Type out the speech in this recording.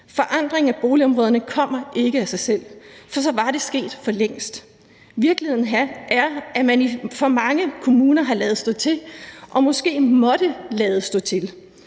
Forandring af boligområderne kommer ikke af sig selv, for så var det sket for længst. Virkeligheden er, at man i for mange kommuner har ladet stå til og måske måttet lade stå til,